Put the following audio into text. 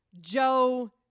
Joe